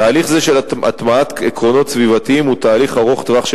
תהליך זה של הטמעת עקרונות סביבתיים הוא תהליך ארוך-טווח,